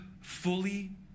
fully